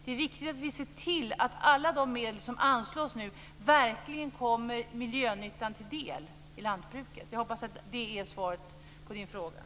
Det är viktigt att vi ser till att alla de medel som anslås nu verkligen kommer miljönyttan till del i lantbruket. Jag hoppas att det är svar på frågan.